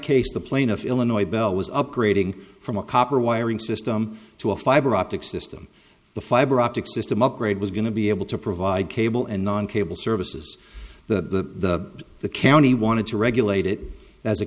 case the plaintiff illinois bell was upgrading from a copper wiring system to a fiber optic system the fiber optic system upgrade was going to be able to provide cable and non cable services the the county wanted to regulate it as a